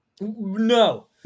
No